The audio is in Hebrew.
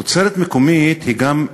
תוצרת מקומית היא גם,